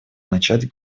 начать